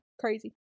crazy